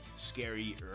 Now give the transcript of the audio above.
Scary